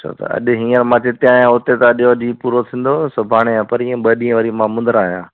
छो त अॼु हींअर मां जिते आहियां हुते त अॼु जो ॾींहुं पूरो थींदो सुभाणे ऐं पणींअ ॿ ॾींहं वरी मां मुंधर आहियां